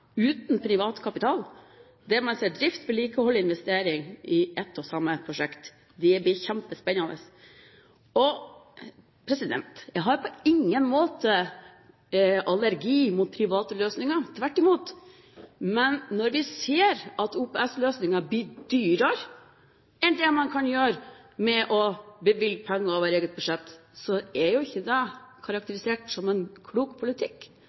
uten privat kapital, der man ser drift, vedlikehold og investering i ett og samme prosjekt. Det blir kjempespennende. Jeg har på ingen måte allergi mot private løsninger. Tvert imot. Men når vi ser at OPS-løsninger blir dyrere enn det man kan gjøre ved å bevilge penger over eget budsjett, er jo ikke det karakterisert som klok politikk